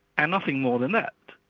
and nothing more than that.